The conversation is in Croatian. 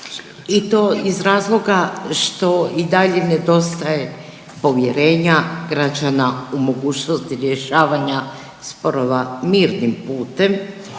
i to iz razloga što i dalje nedostaje povjerenja građana u mogućnosti rješavanja sporova mirnim putem,